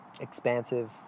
expansive